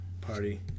party